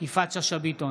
יפעת שאשא ביטון,